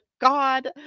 God